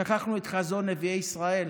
שכחנו את חזון נביאי ישראל?